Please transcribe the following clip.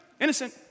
innocent